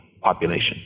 population